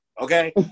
okay